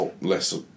less